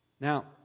Now